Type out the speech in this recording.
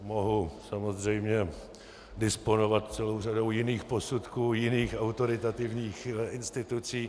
Mohu samozřejmě disponovat celou řadou jiných posudků jiných autoritativních institucí.